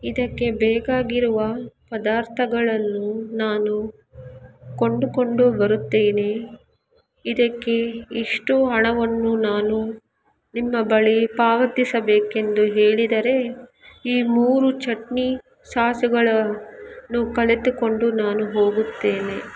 ಇದಕ್ಕೆ ಬೇಕಾಗಿರುವ ಪದಾರ್ಥಗಳನ್ನು ನಾನು ಕೊಂಡು ಕೊಂಡು ಬರುತ್ತೇನೆ ಇದಕ್ಕೆ ಎಷ್ಟು ಹಣವನ್ನು ನಾನು ನಿಮ್ಮ ಬಳಿ ಪಾವತಿಸಬೇಕೆಂದು ಹೇಳಿದರೆ ಈ ಮೂರು ಚಟ್ನಿ ಸಾಸ್ಗಳನ್ನು ಕಲಿತುಕೊಂಡು ನಾನು ಹೋಗುತ್ತೇನೆ